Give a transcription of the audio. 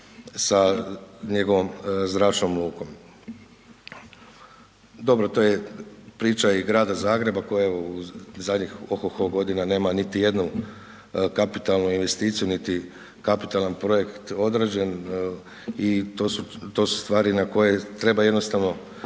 sa njegovom zračnom lukom. Dobro, to je priča i grada Zagreba koja evo u zadnjih ohoho godina nema niti jednu kapitalnu investiciju niti kapitalan projekt odrađen i to su stvari na koje treba jednostavno